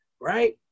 right